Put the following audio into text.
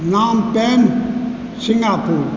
Phnom Penh Singapore